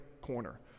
corner